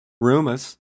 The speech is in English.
Rumors